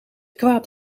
kwaad